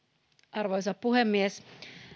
arvoisa puhemies